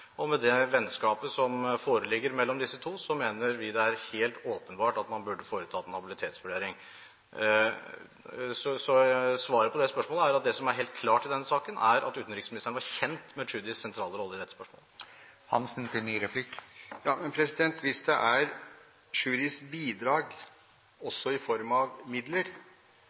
kjent med Tschudis involvering i dette. Og med det vennskapet som foreligger mellom disse to, mener vi det er helt åpenbart at man burde foretatt en habilitetsvurdering. Så svaret på det spørsmålet er at det som er helt klart i denne saken, er at utenriksministeren var kjent med Tschudis sentrale rolle i dette spørsmålet. Hvis det er Tschudis bidrag i form av midler